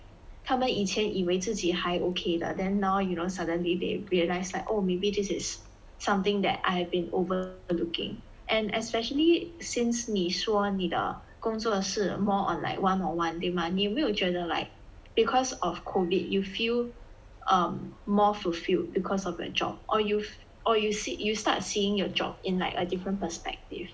他们以前以为自己还 okay 的 then now you know suddenly they realize like oh maybe this is something that I have been overlooking and especially since 你说你的工作是 more on like one on one 对吗你有没有觉得 like because of COVID you feel um more fulfilled because of your job or you or you see you start seeing your job in like a different perspective